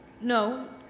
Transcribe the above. No